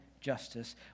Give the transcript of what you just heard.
justice